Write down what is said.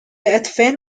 advent